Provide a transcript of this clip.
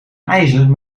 ijzer